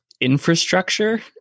infrastructure